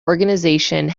organisation